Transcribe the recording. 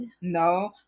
No